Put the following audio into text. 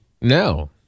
No